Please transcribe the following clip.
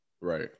Right